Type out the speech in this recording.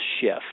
shift